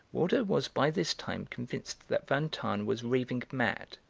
waldo was by this time convinced that van tahn was raving mad,